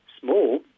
small